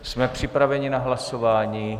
Jsme připraveni na hlasování?